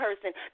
person